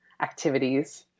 activities